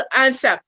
answer